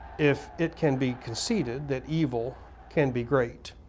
if it can be conceded that evil can be great,